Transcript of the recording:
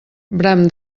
bram